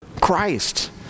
Christ